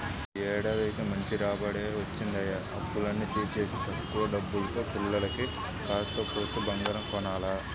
యీ ఏడాదైతే మంచి రాబడే వచ్చిందయ్య, అప్పులన్నీ తీర్చేసి తక్కిన డబ్బుల్తో పిల్లకి కాత్తో కూత్తో బంగారం కొనాల